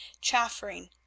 chaffering